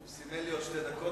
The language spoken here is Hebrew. הוא סימן לי עוד שתי דקות,